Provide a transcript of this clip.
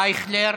אייכלר,